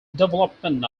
development